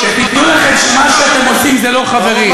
שתדעו לכם שמה שאתם עושים זה לא חברי.